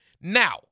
Now